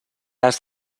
has